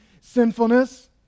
sinfulness